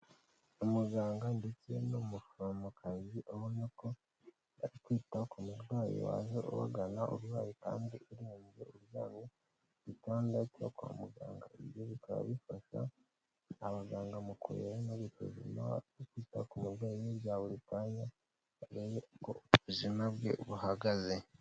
Umuganga ndetse n'umuforomokazi ubona ko bari kwita ku murwayi waje ubagana urwaye kandi urembye, uryamye ku gitanda cyo kwa muganga, ibirero bikaba bifasha abaganga mu kurera no gusuzuma no kwita ku murwayi bya buri kanya ngo barebe uko ubuzima bwe buhagaze.